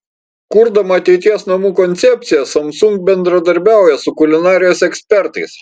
kurdama ateities namų koncepciją samsung bendradarbiauja su kulinarijos ekspertais